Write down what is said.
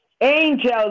Angels